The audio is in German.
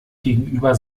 gegenüber